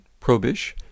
Probish